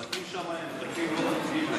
הבתים שם הם בתים לא חוקיים.